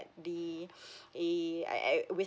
the eh err err with